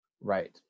Right